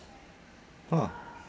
!wah!